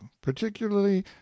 particularly